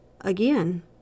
again